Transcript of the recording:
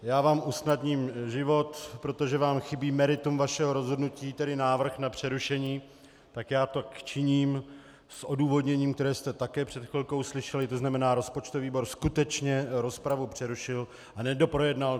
Já vám usnadním život, protože vám chybí meritum vašeho rozhodnutí, tedy návrh na přerušení, tak já to činím s odůvodněním, které jste také před chvilkou slyšeli, to znamená, rozpočtový výbor skutečně rozpravu přerušil a nedoprojednal.